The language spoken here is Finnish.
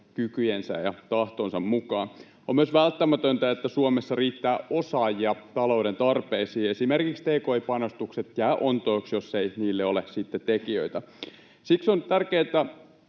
kykyjensä ja tahtonsa mukaan. On myös välttämätöntä, että Suomessa riittää osaajia talouden tarpeisiin. Esimerkiksi tki-panostukset jäävät ontoiksi, jos ei niille ole sitten tekijöitä. Siksi on tärkeätä